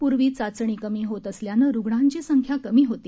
पूर्वी चाचणी कमी होत असल्यानं रुग्णांची संख्या कमी होती